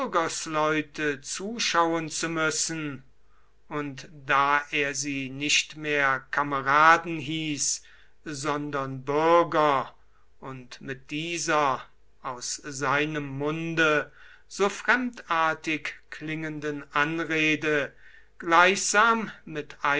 bürgersleute zuschauen zu müssen und da er sie nicht mehr kameraden hieß sondern bürger und mit dieser aus seinem munde so fremdartig klingenden anrede gleichsam mit